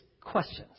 questions